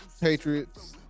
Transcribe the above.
Patriots